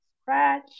scratch